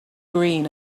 green